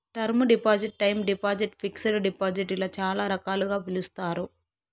term deposit time deposit fixed deposit ఇలా చాలా రకాలుగా పిలుస్తారు